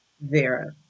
Vera